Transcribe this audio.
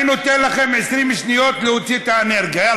אני נותן לכם 20 שניות להוציא את האנרגיה.